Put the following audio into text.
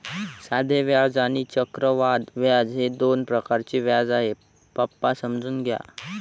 साधे व्याज आणि चक्रवाढ व्याज हे दोन प्रकारचे व्याज आहे, पप्पा समजून घ्या